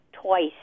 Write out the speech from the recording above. twice